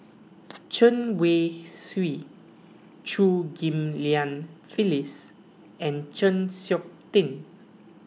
Chen Wen Hsi Chew Ghim Lian Phyllis and Chng Seok Tin